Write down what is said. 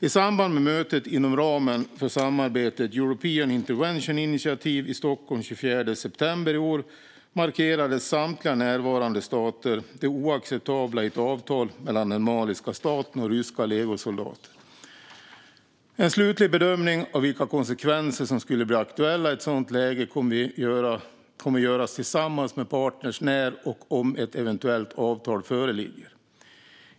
I samband med mötet inom ramen för samarbetet European Intervention Initiative i Stockholm den 24 september i år markerade samtliga närvarande stater det oacceptabla i ett avtal mellan den maliska staten och ryska legosoldater. En slutlig bedömning av vilka konsekvenser som skulle bli aktuella i ett sådant läge kommer att göras tillsammans med partner när och om ett eventuellt avtal föreligger.